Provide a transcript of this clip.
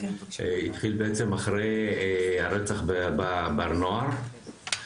התחיל בעצם אחרי הרצח בבר נוער,